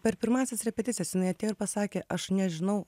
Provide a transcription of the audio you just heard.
per pirmąsias repeticijas jinai atėjo ir pasakė aš nežinau